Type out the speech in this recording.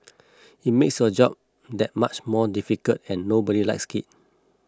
it makes your job that much more difficult and nobody likes it